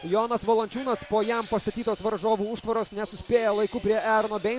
jonas valančiūnas po jam pastatytos varžovų užtvaros nesuspėja laiku prie erono bei